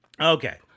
Okay